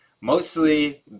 mostly